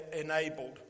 enabled